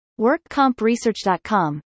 workcompresearch.com